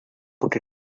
put